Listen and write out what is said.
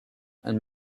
and